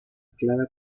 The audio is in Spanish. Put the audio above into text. clara